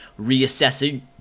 reassessing